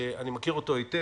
שאני מכיר אותו היטב,